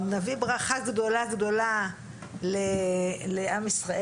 נביא ברכה גדולה לעם ישראל.